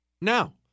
Now